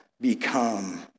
become